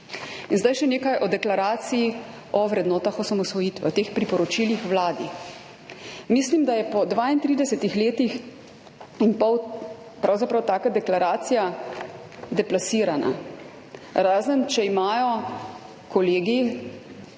Zdaj še nekaj o deklaraciji o vrednotah osamosvojitve, o teh priporočilih Vladi. Mislim, da je po 32 letih in pol pravzaprav taka deklaracija deplasirana, razen če imajo kolegi